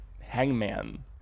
hangman